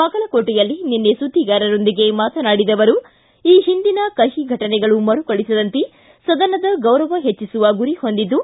ಬಾಗಲಕೋಟೆಯಲ್ಲಿ ನಿನ್ನೆ ಸುದ್ದಿಗಾರರೊಂದಿಗೆ ಮಾತನಾಡಿದ ಅವರು ಈ ಹಿಂದಿನ ಕಹಿ ಘಟನೆಗಳು ಮರುಕಳಿಸದಂತೆ ಸದನದ ಗೌರವ ಹೆಚ್ಚಿಸುವ ಗುರಿ ಹೊಂದಿದ್ದು